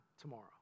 tomorrow